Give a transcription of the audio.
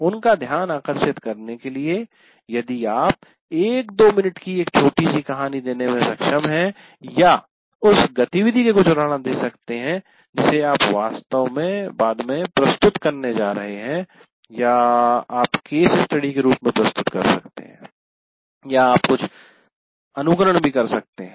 उनका ध्यान आकर्षित करने के लिए यदि आप 1 2 मिनट की एक छोटी सी कहानी देने में सक्षम हैं या उस गतिविधि के कुछ उदाहरण दे सकते हैं जिसे आप वास्तव में बाद में प्रस्तुत करने जा रहे हैं या आप केस स्टडी के रूप में प्रस्तुत कर सकते हैं या आप कुछ अनुकरण भी कर सकते हैं